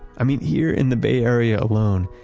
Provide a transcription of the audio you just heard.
i mean, here in the bay area alone,